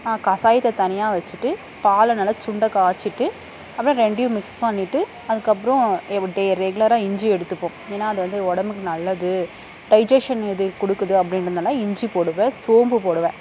கசாயத்தை தனியாக வெச்சுட்டு பாலை நல்லா சுண்ட காய்ச்சிட்டு அப்புறம் ரெண்டையும் மிக்ஸ் பண்ணிவிட்டு அதுக்கப்புறம் எவு டே ரெகுலராக இஞ்சி எடுத்துப்போம் ஏன்னால் அது வந்து உடம்புக்கு நல்லது டைஜஷன் இது கொடுக்குது அப்படின்றதுனால இஞ்சி போடுவேன் சோம்பு போடுவேன்